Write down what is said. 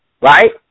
right